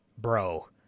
Bro